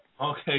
Okay